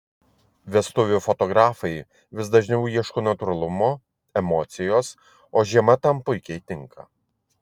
vestuvių fotografai vis dažniau ieško natūralumo emocijos o žiema tam puikiai tinka